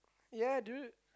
ya dude